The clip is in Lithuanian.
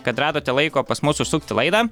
kad radote laiko pas mus susukt į laidą